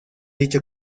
dicho